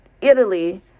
Italy